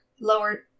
Lower